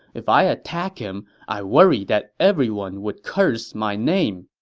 if i attack him, i worry that everyone would curse my name.